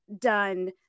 done